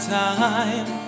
time